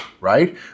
right